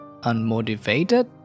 unmotivated